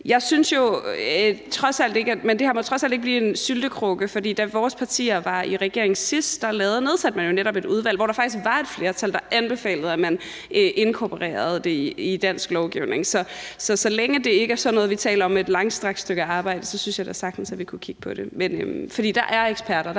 rettigheder. Men det her må trods alt ikke blive en syltekrukke. For da vores partier sidst var i regering, nedsatte man jo netop et udvalg, hvor der faktisk var et flertal, der anbefalede, at man inkorporerede det i dansk lovgivning. Så så længe det ikke er sådan noget, hvor vi taler om et langstrakt stykke arbejde, synes jeg da sagtens, at vi kunne kigge på det.